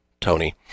Tony